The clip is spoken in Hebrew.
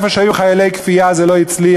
במקומות שהיו חיילי כפייה זה לא הצליח.